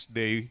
day